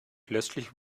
plötzlich